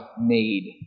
made